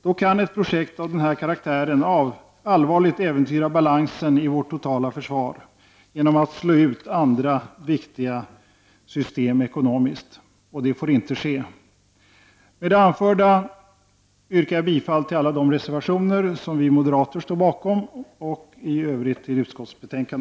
Då kan ett projekt av denna karaktär allvarligt äventyra balansen i vårt totala försvar genom att slå ut andra viktiga system ekonomiskt, och det får inte ske. Med det anförda yrkar jag bifall till alla de reservationer som vi moderater står bakom och i övrigt till utskottets hemställan.